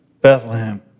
Bethlehem